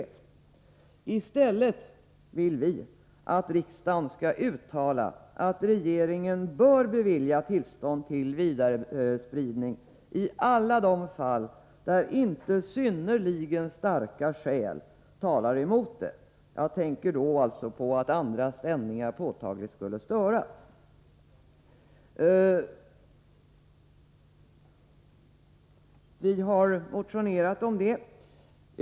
Vi vill i stället att riksdagen skall uttala att regeringen bör bevilja tillstånd till vidarespridning i alla de fall där inte synnerligen starka skäl talar emot detta — jag tänker på de fall då andra sändningar påtagligt skulle störas.